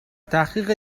تحقیق